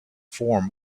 form